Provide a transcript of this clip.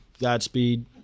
Godspeed